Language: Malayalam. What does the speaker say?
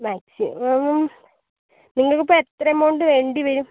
മാക്സിമം നിങ്ങക്കിപ്പോൾ എത്ര എമൗണ്ട് വേണ്ടി വരും